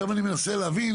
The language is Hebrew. עכשיו אני מנסה להבין